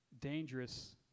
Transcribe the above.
dangerous